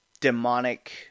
demonic